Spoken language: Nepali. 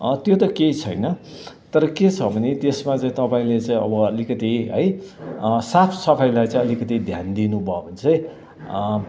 त्यो त केही छैन तर के छ भने त्यसमा चाहिँ तपाईँले चाहिँ अब अलिकति है साफ सफाइलाई चाहिँ अलिकति ध्यान दिनु भयो भने चाहिँ एकदमै